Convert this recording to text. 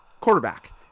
quarterback